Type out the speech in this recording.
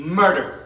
murder